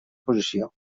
posició